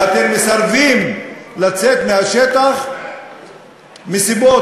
ואתם מסרבים לצאת מהשטח מסיבות,